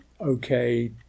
okay